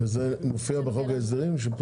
זה מופיע בחוק ההסדרים, שפוצל?